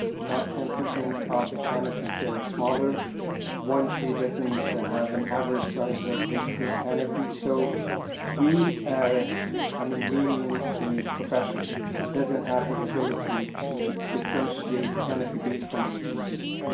not ten percent of the canopy. there are smaller one tree doesn't have the average size of the tree canopy so we ah i mean, we means the profession doesn't have the ability to differentiate canopy based on a species.